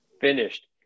finished